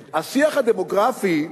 השיח הדמוגרפי,